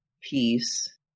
peace